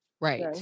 Right